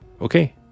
Okay